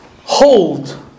hold